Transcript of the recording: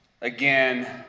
Again